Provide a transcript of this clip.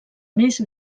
més